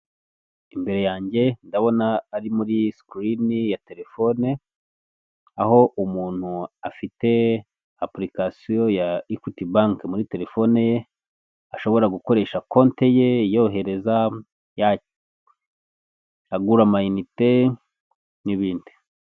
Imbere yanjye ndabona ari muri sikirini ya telefone, aho umuntu afite apulikasiyo ya ekwiti banke muri telefone ye, ashobora gukoresha konti ye yohereza, agura ama inite n'ibindi.